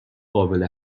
قابل